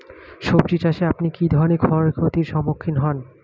সবজী চাষে আপনি কী ধরনের ক্ষয়ক্ষতির সম্মুক্ষীণ হন?